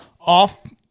off